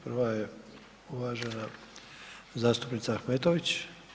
Prva je uvažena zastupnica Ahmetović.